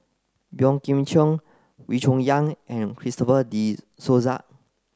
Boey Kim Cheng Wee Cho Yaw and Christopher De Souza